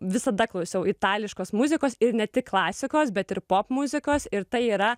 visada klausiau itališkos muzikos ir ne tik klasikos bet ir popmuzikos ir tai yra